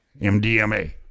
mdma